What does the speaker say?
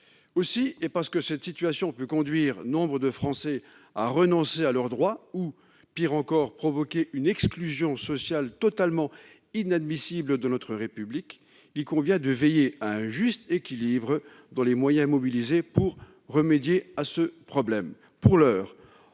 Aussi, et parce que cette situation peut conduire nombre de Français à renoncer à leurs droits ou, pis encore, provoquer une exclusion sociale totalement inadmissible dans notre République, il convient de veiller à un juste équilibre dans les moyens mobilisés pour remédier à ce problème. Pour l'heure,